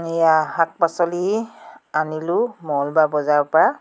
এইয়া শাক পাচলি আনিলোঁ মংগলবাৰ বজাৰপৰা